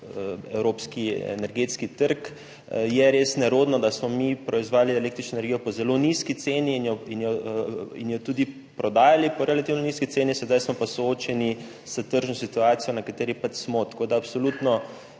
evropski energetski trg. Res je nerodno, da smo mi proizvajali električno energijo po zelo nizki ceni in jo tudi prodajali po relativno nizki ceni, sedaj smo pa soočeni s tržno situacijo, v kateri pač smo. Tako da, absolutno,